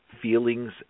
feelings